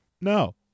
No